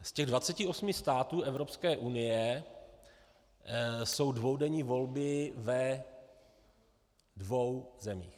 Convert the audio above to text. Z těch 28 států Evropské unie jsou dvoudenní volby ve dvou zemích.